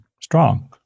strong